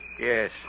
Yes